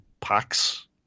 packs